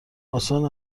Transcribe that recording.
آسان